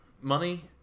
money